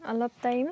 অলপ টাইম